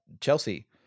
Chelsea